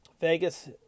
Vegas